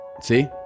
see